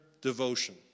devotion